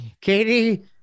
katie